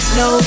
no